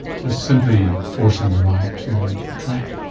so simply forcing your eye to track.